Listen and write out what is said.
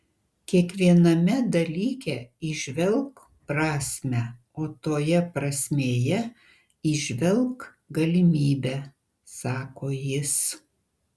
kiekviename dalyke įžvelk prasmę o toje prasmėje įžvelk galimybę sako jis